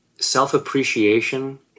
self-appreciation